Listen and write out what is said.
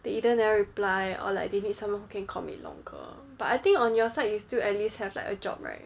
they either never reply or like they need someone who can commit longer but I think on your side you still at least have like a job right